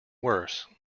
worse